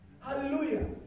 Hallelujah